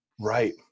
Right